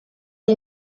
est